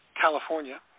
California